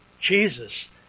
Jesus